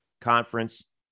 conference